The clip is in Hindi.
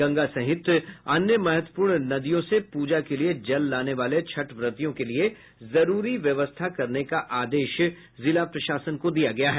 गंगा सहित अन्य महत्वपूर्ण नदियों से पूजा के लिये जल लाने वाले छठ व्रतियों के लिये जरूरी व्यवस्था करने का आदेश जिला प्रशासन को दिया गया है